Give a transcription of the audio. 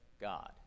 God